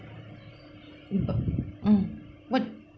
mm what